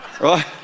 right